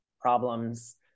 problems